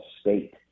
State